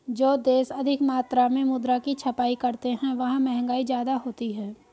जो देश अधिक मात्रा में मुद्रा की छपाई करते हैं वहां महंगाई ज्यादा होती है